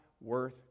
worth